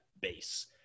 base